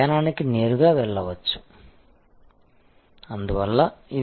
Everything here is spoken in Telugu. అంటే మేము వివిధ రకాలైన సేవలు అనుబంధ సేవలు లేదా ప్రధాన సేవ చుట్టూ సేవలను మెరుగుపరుస్తున్నాము